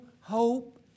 hope